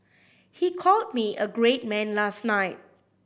he called me a great man last night